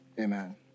Amen